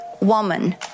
woman